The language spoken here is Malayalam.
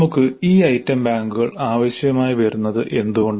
നമുക്ക് ഈ ഐറ്റം ബാങ്കുകൾ ആവശ്യമായി വരുന്നത് എന്തുകൊണ്ട്